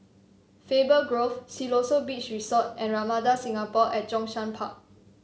Faber Grove Siloso Beach Resort and Ramada Singapore at Zhongshan Park